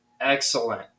excellent